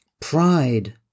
Pride